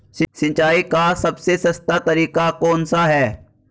सिंचाई का सबसे सस्ता तरीका कौन सा है?